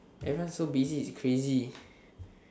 everyone's so busy it's crazy